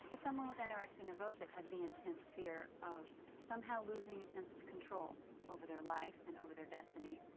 someone with anorexia nervosa has the intense fear of somehow losing a sense of control over their life and over their destiny.